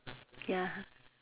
ya